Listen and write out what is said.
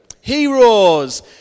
Heroes